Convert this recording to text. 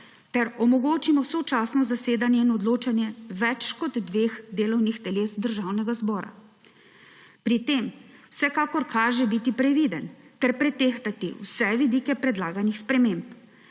ter omogočimo sočasno zasedanje in odločanje več kot dveh delovnih teles Državnega zbora. Pri tem vsekakor kaže biti previden ter pretehtati vse vidike predlaganih sprememb.